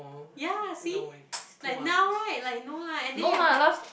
ya see like now right like no lah and then you have